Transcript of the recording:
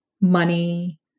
money